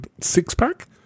six-pack